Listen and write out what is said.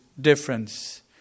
difference